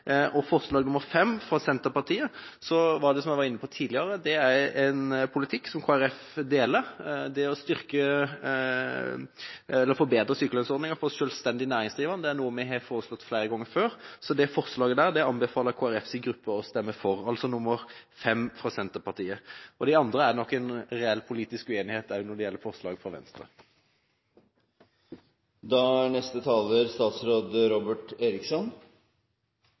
og det forventer jeg at statsråden gjør. Når det gjelder forslag nr. 5, fra Senterpartiet, er det, som jeg var inne på tidligere, en politikk som Kristelig Folkeparti deler. Det å forbedre sykelønnsordningen for selvstendig næringsdrivende er noe vi har foreslått flere ganger før, så det forslaget anbefaler jeg Kristelig Folkepartis gruppe å stemme for. Det gjelder altså forslag nr. 5, fra Senterpartiet. De andre forslagene er det nok en reell politisk uenighet om, også når det gjelder forslaget fra Venstre.